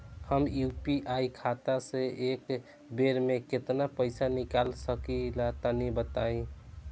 हम यू.पी.आई खाता से एक बेर म केतना पइसा निकाल सकिला तनि बतावा?